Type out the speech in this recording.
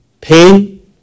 pain